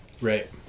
right